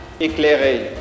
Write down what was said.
éclairé